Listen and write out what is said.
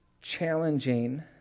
challenging